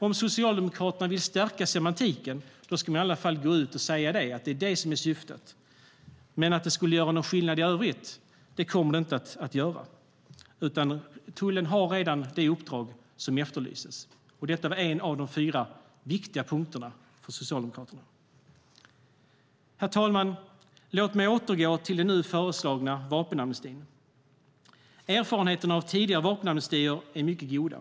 Om Socialdemokraterna vill stärka semantiken ska man i alla fall gå ut och säga att det är det som är syftet, men någon skillnad i övrigt kommer det inte att göra. Tullen har redan det uppdrag som efterlyses, och det var en av de fyra viktiga punkterna för Socialdemokraterna. Herr talman! Låt mig återgå till den nu föreslagna vapenamnestin. Erfarenheterna av tidigare vapenamnestier är mycket goda.